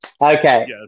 Okay